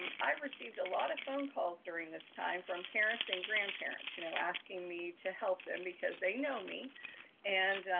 um i received a lot of phone calls during this time from parents and grandparents, you know asking me to help them because they know me and